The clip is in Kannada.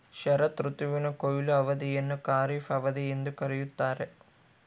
ಶರತ್ ಋತುವಿನ ಕೊಯ್ಲು ಅವಧಿಯನ್ನು ಖಾರಿಫ್ ಅವಧಿ ಎಂದು ಕರೆಯುತ್ತಾರೆ